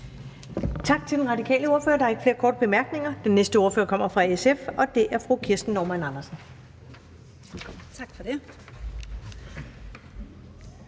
Tak til den radikale ordfører. Der er ikke flere korte bemærkninger. Den næste ordfører kommer fra SF, og det er fru Kirsten Normann Andersen. Værsgo. Kl.